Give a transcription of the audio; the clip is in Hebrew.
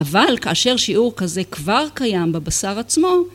אבל כאשר שיעור כזה כבר קיים בבשר עצמו,